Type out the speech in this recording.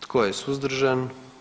Tko je suzdržan?